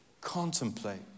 contemplate